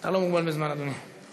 אתה לא מוגבל בזמן, אדוני.